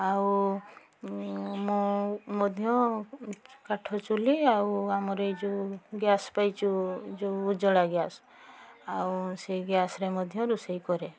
ଆଉ ମୁଁ ମଧ୍ୟ କାଠ ଚୁଲି ଆଉ ଆମର ଏଇ ଯେଉଁ ଗ୍ୟାସ୍ ପାଇଛୁ ଯେଉଁ ଉଜ୍ଵଳା ଗ୍ୟାସ୍ ଆଉ ସେଇ ଗ୍ୟାସ୍ରେ ମଧ୍ୟ ରୋଷେଇ କରେ